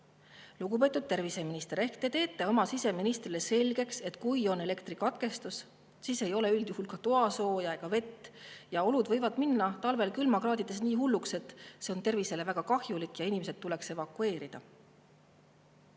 Lugupeetud terviseminister! Ehk te teete oma siseministrile selgeks, et kui on elektrikatkestus, siis ei ole üldjuhul ka toasooja ega vett. Ja olud võivad minna talvel külmakraadides nii hulluks, et see on tervisele väga kahjulik ja inimesed tuleks evakueerida.